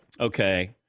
Okay